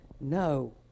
No